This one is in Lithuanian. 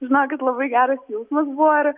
žinokit labai geras jausmas buvo ir